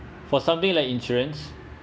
for something like insurance